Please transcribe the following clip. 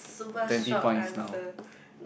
twenty points now